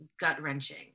gut-wrenching